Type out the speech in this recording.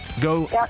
go